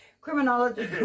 Criminology